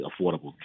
Affordable